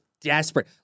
desperate